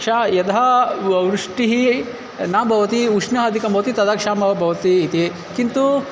क्षा यदा व् वृष्टिः न भवति उष्णम् अधिकं भवति तदा क्षामः वा भवति इति किन्तु